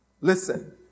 Listen